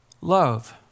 love